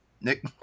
Nick